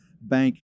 Bank